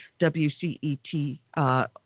WCET